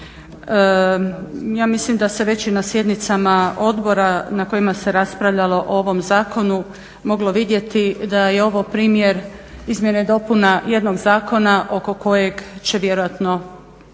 Ja mislim da se već i na sjednicama odbora na kojima se raspravljalo o ovom zakonu moglo vidjeti da je ovo primjer izmjena i dopuna jednog zakona oko kojeg će vjerojatno